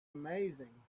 amazing